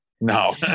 No